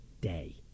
day